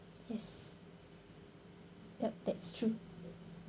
yes ya that's true